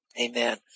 Amen